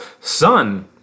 son